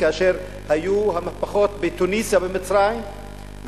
כאשר היו המהפכות בתוניסיה ובמצרים,